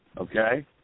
Okay